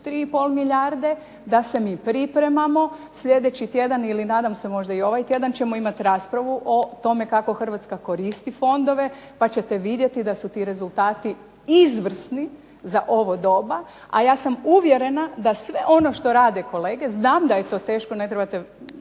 3,5 milijarde, da se mi pripremamo sljedeći tjedan ili nadam se da ćemo i ovaj tjedan imati raspravu o tome kako Hrvatska koristi fondove, pa ćete vidjeti da su ti rezultati izvrsni za ovo doba. A ja sam uvjerena da sve ono što rade kolege, znam da je to teško ne trebate